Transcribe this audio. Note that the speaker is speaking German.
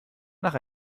nach